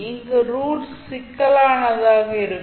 இங்கு ரூட்ஸ் சிக்கலானதாக இருக்கும்